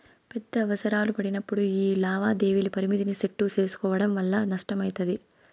పెద్ద అవసరాలు పడినప్పుడు యీ లావాదేవీల పరిమితిని సెట్టు సేసుకోవడం వల్ల నష్టమయితది